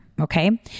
okay